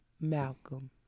Malcolm